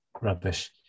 rubbish